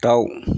दाउ